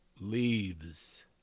leaves